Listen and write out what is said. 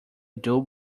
dull